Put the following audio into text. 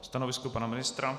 Stanovisko pana ministra?